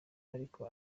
ariko